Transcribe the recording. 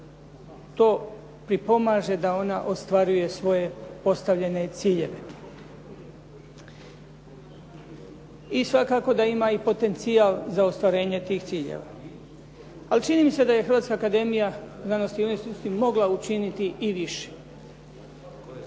to pripomaže da ona ostvaruje svoje postavljene ciljeve. I svakako da ima potencijal za ostvarenje tih ciljeva. Ali čini mi se da je Hrvatska akademija znanosti i umjetnosti mogla učiniti i više